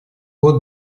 год